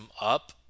up